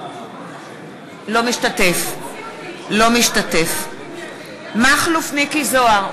אינו משתתף בהצבעה מכלוף מיקי זוהר,